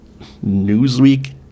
Newsweek